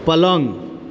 पलङ्ग